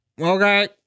Okay